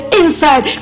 inside